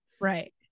Right